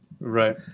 Right